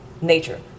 nature